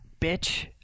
Bitch